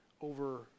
over